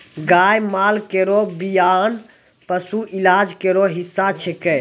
गाय माल केरो बियान पशु इलाज केरो हिस्सा छिकै